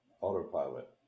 autopilot